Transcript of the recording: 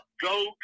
go